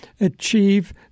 achieve